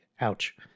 ouch